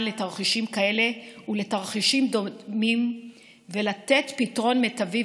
לתרחישים כאלה ולתרחישים דומים ולתת פתרון מיטבי,